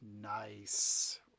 Nice